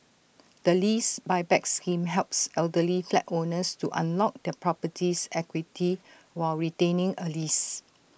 the lease Buyback scheme helps elderly flat owners to unlock their property's equity while retaining A lease